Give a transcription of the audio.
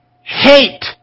hate